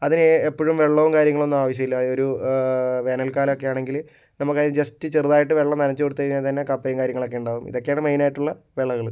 അതിന് എപ്പോഴും വെള്ളവും കാര്യങ്ങളൊന്നും ആവശ്യമില്ല ഒരു വേനൽ കാലമൊക്കെയാണെങ്കിൽ നമുക്ക് അത് ജസ്റ്റ് ചെറുതായിട്ട് വെള്ളം നനച്ചു കൊടുത്തു കഴിഞ്ഞാൽതന്നെ കപ്പയും കാര്യങ്ങളൊക്കെ ഉണ്ടാവും ഇതൊക്കെയാണ് മൈനായിട്ടുള്ള വിളകൾ